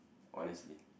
honestly